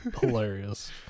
hilarious